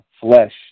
flesh